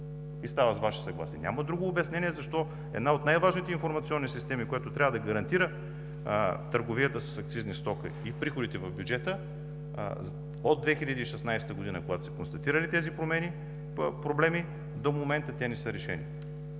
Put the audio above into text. и става с Ваше съгласие. Няма друго обяснение защо една от най-важните информационни системи, която трябва да гарантира търговията с акцизни стоки и приходите в бюджета от 2016 г., когато са констатирани тези проблеми, до момента те не са решени.